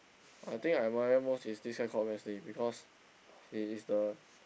I think I admire most is this guy called Wesley because he is the